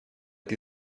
più